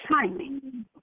timing